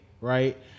right